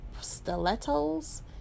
stilettos